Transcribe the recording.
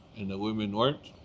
and the women weren't.